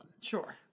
Sure